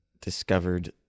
discovered